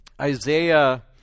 Isaiah